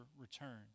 return